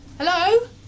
Hello